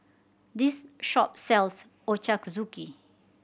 this shop sells Ochazuke